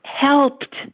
helped